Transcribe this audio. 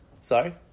Sorry